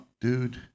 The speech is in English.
dude